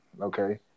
okay